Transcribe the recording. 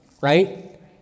right